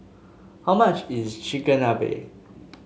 how much is Chigenabe